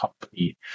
company